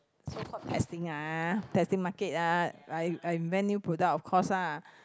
so called testing ah testing market ah I I invent new product of course ah